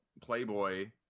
playboy